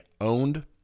owned